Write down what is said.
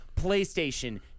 PlayStation